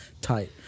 tight